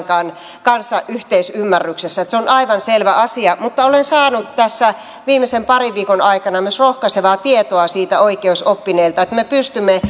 kanssa yhteisymmärryksessä se on aivan selvä asia mutta olen saanut tässä viimeisen parin viikon aikana myös rohkaisevaa tietoa oikeusoppineilta siitä että me pystymme